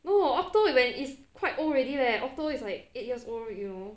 no okto when is quite old already leh okto is like eight years old you know